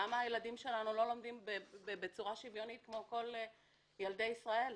למה הילדים שלנו לא לומדים בצורה שוויונית כמו כל ילדי ישראל?